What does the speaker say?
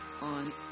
on